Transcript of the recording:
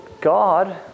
God